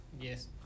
Yes